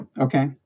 Okay